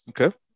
Okay